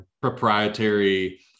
proprietary